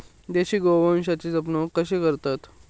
देशी गोवंशाची जपणूक कशी करतत?